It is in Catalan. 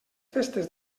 festes